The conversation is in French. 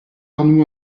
arnoult